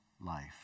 life